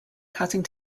cutting